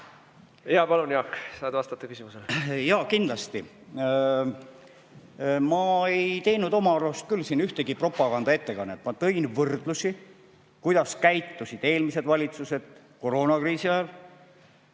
Jaak, saad vastata küsimusele. Jaa, kindlasti. Ma ei teinud oma arust küll siin ühtegi propagandaettekannet. Ma tõin võrdlusi, kuidas käitusid eelmised valitsused koroonakriisi ajal,